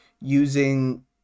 using